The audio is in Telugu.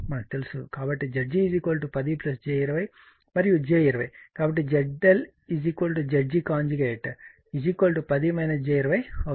కాబట్టి Zg 10 j 20 మరియు j 20 కాబట్టి ZL Zg 10 j 20 అవుతుంది